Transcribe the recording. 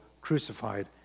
crucified